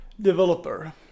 developer